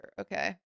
Okay